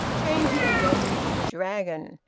changed their venue to the dragon,